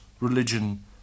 religion